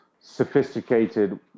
sophisticated